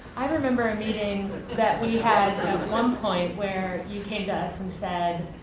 i remember a meeting that we had at one point where you came to us and said,